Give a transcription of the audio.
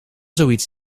zoiets